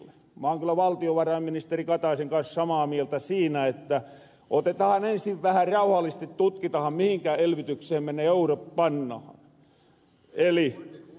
ma oon kyllä valtiovarainministeri kataisen kans samaa mieltä siinä että otetahan ensin vähän rauhallisesti tutkitahan mihinkä elvytykseen me ne eurot pannahan